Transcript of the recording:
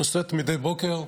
נוסעות מדי בוקר,